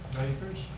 diapers?